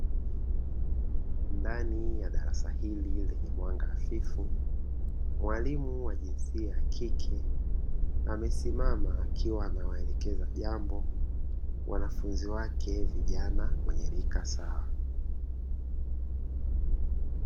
Ndani ya darasa hili lenye mwanga hafifu, mwalimu wa jinsia ya kike amesimama akiwa anawaelekeza jambo wanafunzi wake vijana wenye rika sawa.